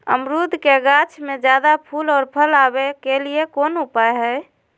अमरूद के गाछ में ज्यादा फुल और फल आबे के लिए कौन उपाय है?